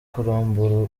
kurambura